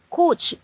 coach